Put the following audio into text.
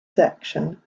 section